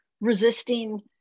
resisting